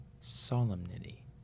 Solemnity